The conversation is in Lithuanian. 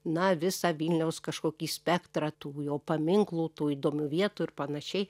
na visą vilniaus kažkokį spektrą tų jo paminklų tų įdomių vietų ir panašiai